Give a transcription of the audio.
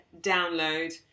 download